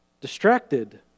Distracted